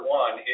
one